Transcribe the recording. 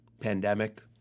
pandemic